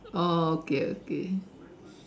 oh okay okay